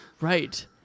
right